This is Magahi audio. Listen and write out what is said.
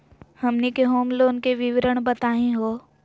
हमनी के होम लोन के विवरण बताही हो?